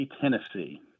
Tennessee